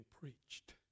preached